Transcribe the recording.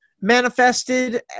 manifested